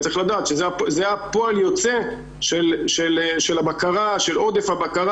צריך לדעת שזה הפועל היוצא של עודף הבקרה